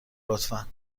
لطفا